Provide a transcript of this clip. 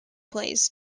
plays